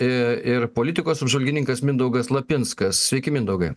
į ir politikos apžvalgininkas mindaugas lapinskas sveiki mindaugai